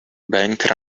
bank